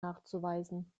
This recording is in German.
nachzuweisen